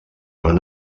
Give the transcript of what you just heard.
van